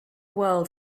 world